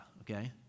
okay